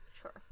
Sure